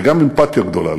וגם אמפתיה גדולה,